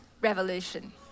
Revolution